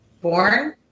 Born